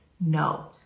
No